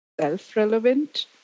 self-relevant